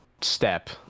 step